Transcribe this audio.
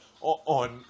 on